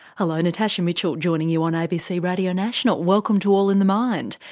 hello, natasha mitchell joining you on abc radio national. welcome to all in the mind.